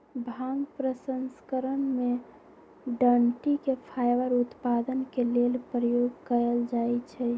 भांग प्रसंस्करण में डनटी के फाइबर उत्पादन के लेल प्रयोग कयल जाइ छइ